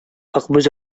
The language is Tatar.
акбүз